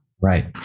Right